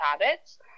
habits